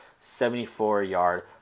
74-yard